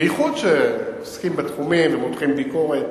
בייחוד אלה שעוסקים בתחומים ומותחים ביקורת,